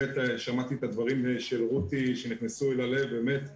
חשוב להבין שברגע שעסק יוצא מתוך המעגל הזה הוא מאבד זכות לחיות.